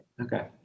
Okay